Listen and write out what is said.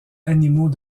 animaux